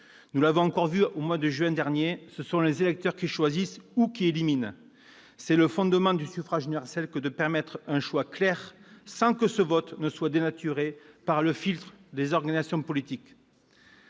nous l'avons encore vu au mois de juin dernier : ce sont les électeurs qui choisissent ou qui éliminent les candidats. C'est le fondement du suffrage universel que de permettre un choix clair, sans que ce vote soit dénaturé par le filtre des organisations politiques.